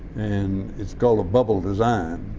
and it's called a bubble design